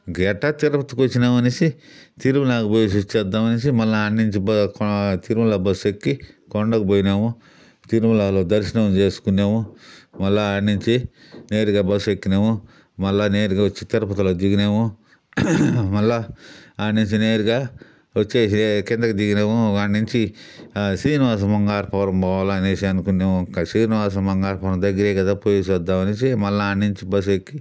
ఇంకా ఎట్టా తిరుపతికి వచ్చినాము అనేసి తిరుమలకి పోయేసి వచ్చేద్దాము అనేసి మళ్ళా అడ నుంచి తిరుమల బస్సు ఎక్కి కొండకి పోయినాము తిరుమలలో దర్శనం చేసుకున్నాము మళ్ళా అక్కడ నుంచి నేరుగా బస్సు ఎక్కినాము మళ్ళా నేరుగా వచ్చి తిరుపతిలో దిగినాము మళ్ళా అడ నుంచి నేరుగా వచ్చేసి కిందకి దిగినాము అడనుంచి శ్రీనివాసు మంగాపురం పోవాలనేసి అనుకున్నాము ఇంకా శ్రీనివాస మంగాపురం దగ్గరే కదా పోయేసి వద్దాము అనేసి మళ్ళా అడ నుంచి బస్సు ఎక్కి